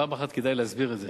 פעם אחת כדאי להסביר את זה: